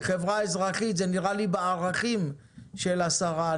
חברה אזרחית זה נראה לי בערכים של השרה.